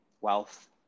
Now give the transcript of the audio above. wealth